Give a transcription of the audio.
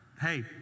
Hey